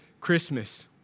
Christmas